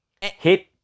hit